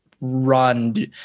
run